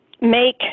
make